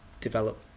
develop